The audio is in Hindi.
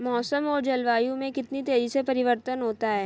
मौसम और जलवायु में कितनी तेजी से परिवर्तन होता है?